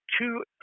two